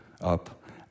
up